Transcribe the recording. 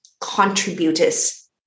contributors